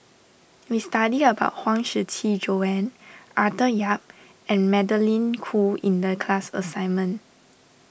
we studied about Huang Shiqi Joan Arthur Yap and Magdalene Khoo in the class assignment